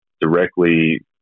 directly